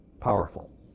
powerful